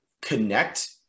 connect